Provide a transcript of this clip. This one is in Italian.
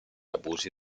abusi